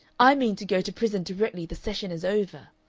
i mean to go to prison directly the session is over,